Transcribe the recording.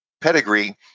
pedigree